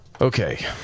Okay